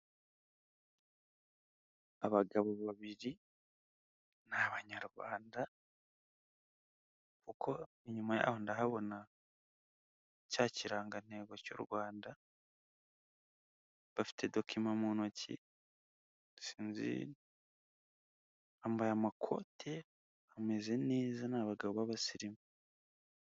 Abagabo babiri ni abanyarwanda kuko inyuma yaho ndahabona cya kirangantego cy'u Rwanda, bafite dokima mu ntoki sinzi, bambaye amakote, bameze neza ni abagabo b'abasirimu.